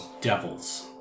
devils